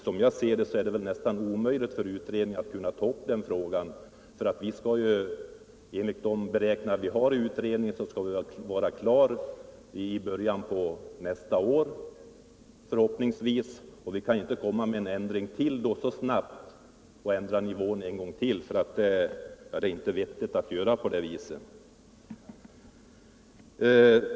Som jag ser det är det emellertid nästan omöjligt för utredningen att behandla den. Enligt de beräkningar som utredningen gjort skall arbetet förhoppningsvis vara slutfört i början av nästa år, och det innebär att man inte så snart kan komma med förslag om en ändring av nivån — det är inte vettigt att göra på det viset.